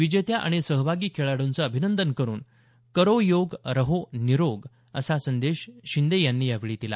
विजेत्या आणि सहभागी खेळाडूंचे अभिनंदन करुन करो योग रहो निरोग असा संदेश शिंदे यांनी यावेळी दिला